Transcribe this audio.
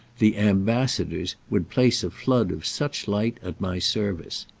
the ambassadors would place a flood of such light at my service.